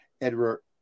Edward